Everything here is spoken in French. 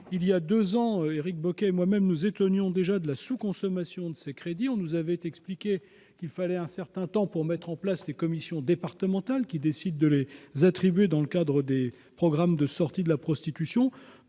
Il y a deux ans, Éric Bocquet et moi-même nous étonnions déjà de la sous-consommation de ces crédits. On nous avait alors expliqué qu'il fallait un certain temps pour mettre en place les commissions départementales qui décident de les attribuer dans le cadre des programmes de sortie de la prostitution.